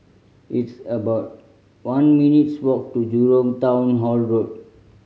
it's about one minutes' walk to Jurong Town Hall Road